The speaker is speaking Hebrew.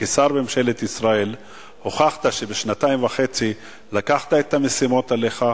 כשר בממשלת ישראל הוכחת שבשנתיים וחצי לקחת את המשימות עליך,